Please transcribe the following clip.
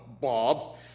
Bob